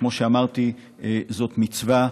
כמו שאמרתי, זאת מצווה.